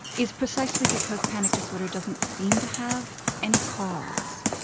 is precisely because panic disorder doesn't seem to have any cause.